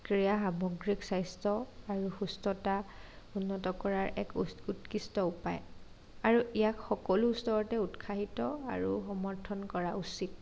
ক্ৰীড়া সামগ্ৰিক স্বাস্থ্য আৰু পুস্ততা উন্নত কৰাৰ এক উ উৎকৃষ্ট উপায় আৰু ইয়াক সকলো স্তৰতে উৎসাহিত আৰু সমৰ্থন কৰা উচিত